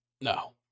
No